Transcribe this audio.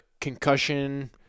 concussion